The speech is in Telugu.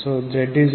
so z2r22g